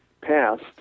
passed